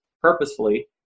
purposefully